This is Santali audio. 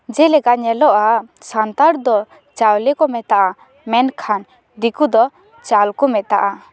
ᱡᱮᱞᱮᱠᱟ ᱧᱮᱞᱚᱜᱼᱟ ᱥᱟᱱᱛᱟᱲ ᱫᱚ ᱪᱟᱣᱞᱮ ᱠᱚ ᱢᱮᱛᱟᱜᱼᱟ ᱢᱮᱱᱠᱷᱟᱱ ᱫᱤᱠᱩ ᱫᱚ ᱪᱟᱞ ᱠᱚ ᱢᱮᱛᱟᱜᱼᱟ